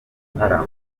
ibitaramo